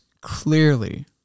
clearly